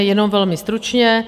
Jenom velmi stručně.